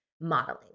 modeling